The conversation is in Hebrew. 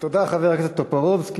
תודה, חבר הכנסת טופורובסקי.